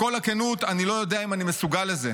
בכל הכנות, אני לא יודע אם אני מסוגל לזה.